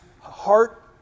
heart